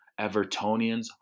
Evertonians